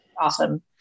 awesome